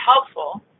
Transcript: helpful